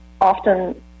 often